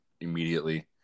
immediately